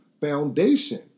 Foundation